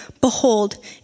behold